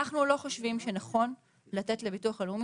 אנחנו לא חושבים שנכון לתת לביטוח הלאומי